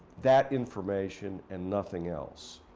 that information and nothing else.